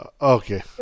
Okay